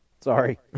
Sorry